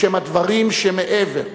בשם הדברים שמעבר,